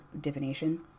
divination